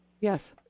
Yes